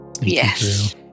Yes